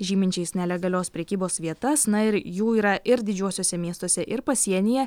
žyminčiais nelegalios prekybos vietas na ir jų yra ir didžiuosiuose miestuose ir pasienyje